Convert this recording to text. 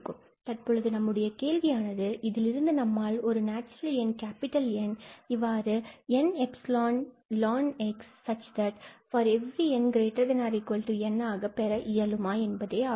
எனவே தற்பொழுது நம்முடைய கேள்வி ஆனது இதிலிருந்து நம்மால் ஒரு நேச்சுரல் எண்னை N இவ்வாறு n𝜖ln𝑥 such that ∀ 𝑛≥𝑁 ஆக பெற இயலுமா என்பதே ஆகும்